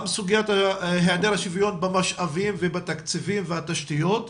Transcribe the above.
גם סוגית היעדר השוויון במשאבים ובתקציבים והתשתיות,